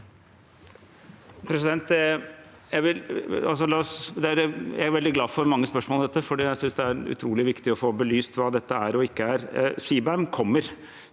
Jeg er veldig glad for mange spørsmål om dette, for jeg synes det er utrolig viktig å få belyst hva dette er og ikke er.